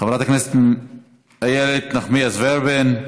חברת הכנסת איילת נחמיאס ורבין,